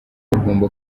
bugomba